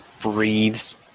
breathes